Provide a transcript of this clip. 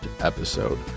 episode